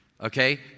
okay